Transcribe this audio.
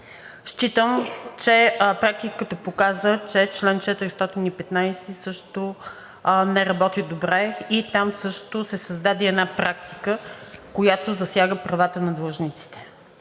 Считам, че практиката показа, че чл. 415 също не работи добре и там също се създаде една практика, която засяга правата на длъжниците.